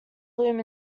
bloom